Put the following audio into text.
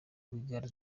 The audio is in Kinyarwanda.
rwigara